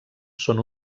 són